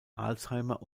alzheimer